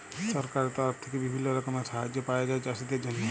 সরকারের তরফ থেক্যে বিভিল্য রকমের সাহায্য পায়া যায় চাষীদের জন্হে